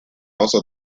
also